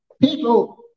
People